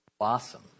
awesome